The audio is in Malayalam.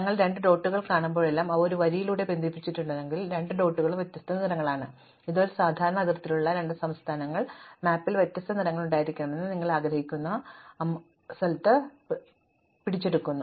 ഞാൻ രണ്ട് ഡോട്ടുകൾ കാണുമ്പോഴെല്ലാം അവ ഒരു വരിയിലൂടെ ബന്ധിപ്പിച്ചിട്ടുണ്ടെങ്കിൽ രണ്ട് ഡോട്ടുകളും വ്യത്യസ്ത നിറങ്ങളാണ് ഇത് ഒരു സാധാരണ അതിർത്തിയിലുള്ള ഏതെങ്കിലും രണ്ട് സംസ്ഥാനങ്ങൾ മാപ്പിൽ വ്യത്യസ്ത നിറങ്ങൾ ഉണ്ടായിരിക്കണമെന്ന് നിങ്ങൾ ആഗ്രഹിക്കുന്ന സ്വത്ത് അമൂർത്തമായി പിടിച്ചെടുക്കുന്നു